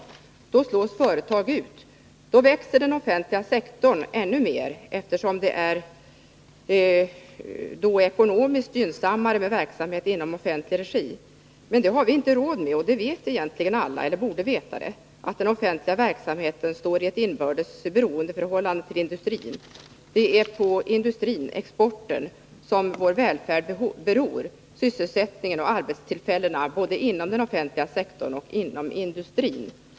Då slås företag ut, då växer den offentliga sektorn ännu mer, eftersom det i så fall är ekonomiskt gynnsammare med verksamhet i offentlig regi. Det har vi emellertid inte råd med. Alla vet — åtminstone borde alla veta det— att den offentliga verksamheten står i ett inbördes beroendeförhållande tillindustrin. Det är på industrin, exporten, som vår välfärd beror. Det gäller sysselsättningen och arbetstillfällena, både inom den offentliga sektorn och inom industrin.